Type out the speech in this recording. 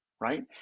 right